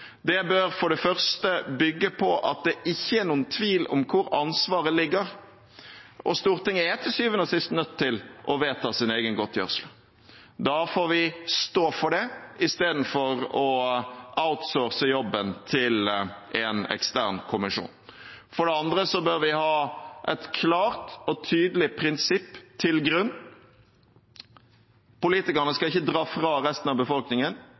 Det bør for det første bygge på at det ikke er noen tvil om hvor ansvaret ligger. Stortinget er til syvende og sist nødt til å vedta sin egen godtgjørelse. Da får vi stå for det, istedenfor å outsource jobben til en ekstern kommisjon. For det andre bør vi legge et klart og tydelig prinsipp til grunn. Politikerne skal ikke dra fra resten av befolkningen.